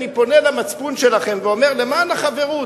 אני פונה למצפון שלכם ואומר: למען החברות,